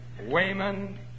Wayman